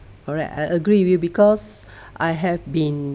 alright I agree with you because I have been